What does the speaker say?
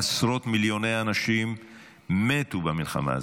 עשרות מיליוני אנשים מתו במלחמה הזאת,